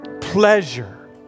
pleasure